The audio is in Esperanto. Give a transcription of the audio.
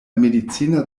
medicina